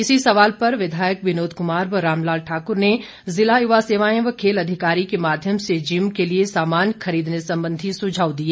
इसी सवाल पर विधायक विनोद कुमार कांग्रेस के रामलाल ठाकुर ने जिला युवा सेवाएं एवं खेल अधिकारी के माध्यम से जिम के लिए सामान खरीदने संबंधी सुझाव दिए